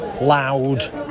loud